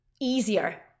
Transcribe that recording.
easier